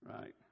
Right